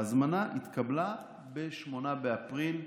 ההזמנה התקבלה ב-8 באפריל,